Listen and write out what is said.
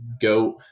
goat